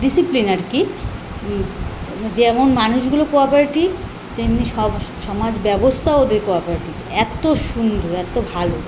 discipline আর কি যেমন মানুষগুলো কোয়াপরেটিব তেমনি সমাজ ব্যবস্থাও ওদের কোয়াপরেটিব এত্ত সুন্দর এত্ত ভালো